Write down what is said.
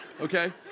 okay